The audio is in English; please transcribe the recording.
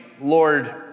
Lord